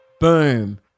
Boom